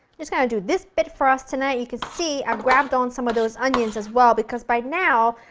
just going to do this bit for us tonight. you can see, i grabbed on some of those onions as well because, by now,